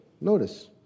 Notice